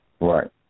Right